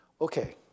Okay